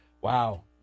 Wow